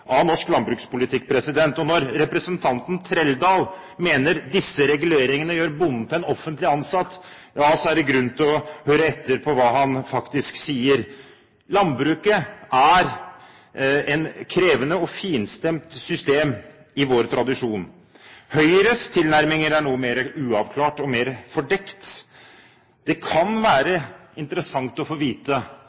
av norsk landbrukspolitikk. Og når representanten Trældal mener disse reguleringene gjør bonden til en offentlig ansatt, så er det grunn til å høre etter hva han faktisk sier. Landbruket er et krevende og finstemt system i vår tradisjon. Høyres tilnærminger er noe mer uavklart og mer fordekt. Det kan være interessant å få vite